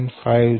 95 છે